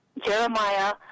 Jeremiah